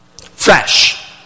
fresh